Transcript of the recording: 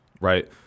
right